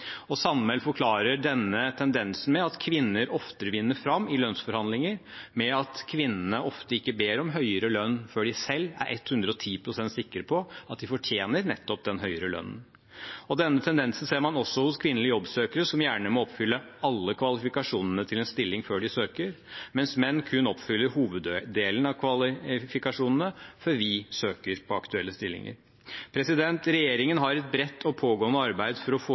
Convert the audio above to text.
forklarer denne tendensen med at kvinner oftere vinner fram i lønnsforhandlinger, med at kvinnene ofte ikke ber om høyere lønn før de selv er 110 pst. sikre på at de fortjener nettopp den høyere lønnen. Denne tendensen ser man også hos kvinnelige jobbsøkere, som gjerne må oppfylle alle kvalifikasjonene til en stilling før de søker, mens menn kun oppfyller hoveddelen av kvalifikasjonene før vi søker på aktuelle stillinger. Regjeringen har et bredt og pågående arbeid for å